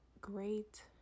great